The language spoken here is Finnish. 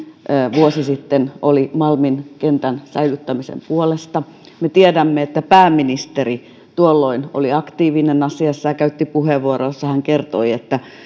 vuosi sitten yksimielisesti oli malmin kentän säilyttämisen puolesta me tiedämme että pääministeri tuolloin oli aktiivinen asiassa ja käytti puheenvuoron jossa hän kertoi että